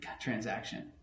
transaction